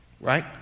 right